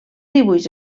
dibuix